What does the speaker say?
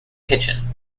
kitchen